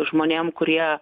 žmonėm kurie